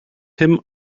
him